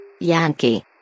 Yankee